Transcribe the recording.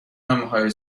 نامههای